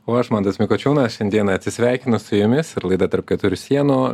o aš mantas mikočiūnas šiandieną atsisveikinu su jumis ir laidą tarp keturių sienų